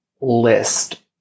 list